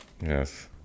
Yes